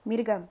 மிருகம்:mirugam